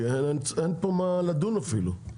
כי אין פה מה לדון אפילו,